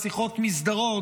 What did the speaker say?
שיחות מסדרון,